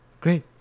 great